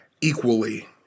equally